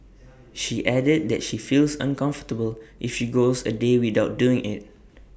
she added that she feels uncomfortable if she goes A day without doing IT